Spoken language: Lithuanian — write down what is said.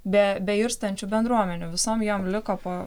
be beirstančių bendruomenių visom jom liko po